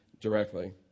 directly